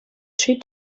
tree